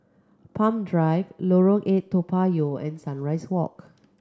Palm Drive Lorong Eight Toa Payoh and Sunrise Walk